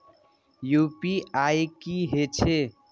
UPI की हेछे?